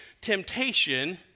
temptation